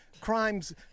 crimes